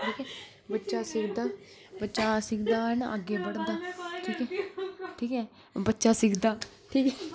बच्चा सिखदा बच्चा सिखदा है नी अग्गे बढ़दा ठीक ऐ ठीक ऐ बच्चा सिखदा ठीक ऐ